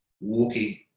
walking